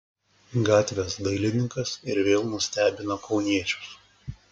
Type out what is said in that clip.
gatvės dailininkas ir vėl nustebino kauniečius